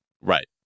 Right